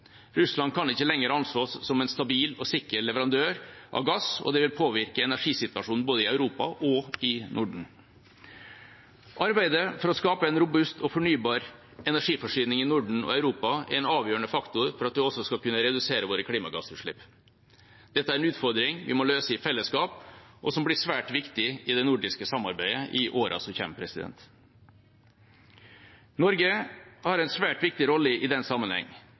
Russland kan ikke lenger anses som en stabil og sikker leverandør av gass, og det vil påvirke energisituasjonen både i Europa og i Norden. Arbeidet for å skape en robust og fornybar energiforsyning i Norden og Europa er en avgjørende faktor for at vi også skal kunne redusere våre klimagassutslipp. Dette er en utfordring vi må løse i fellesskap, og som blir svært viktig i det nordiske samarbeidet i årene som kommer. Norge har en svært viktig rolle i den sammenheng,